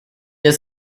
has